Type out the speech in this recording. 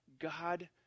God